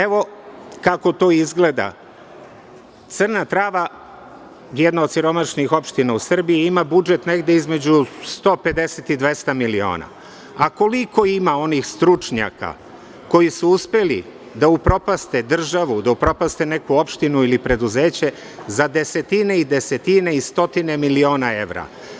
Evo kako to izgleda – Crna Trava, jedna od siromašnijih opština u Srbiji, ima budžet negde između 150 i 200 miliona, a koliko ima onih stručnjaka koji su uspeli da upropaste državu, da upropaste neku opštinu ili preduzeće za desetine i desetine i stotine miliona evra.